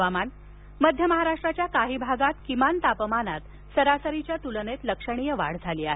हवामान मध्य महाराष्ट्राच्या काही भागात किमान तापमानात सरासरीच्या तुलनेत लक्षणीय वाढ झाली आहे